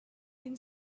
can